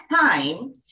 time